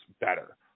better